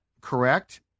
correct